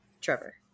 trevor